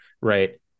Right